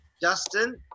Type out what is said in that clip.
Justin